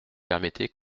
permettez